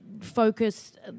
focused